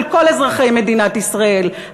של כל אזרחי מדינת ישראל,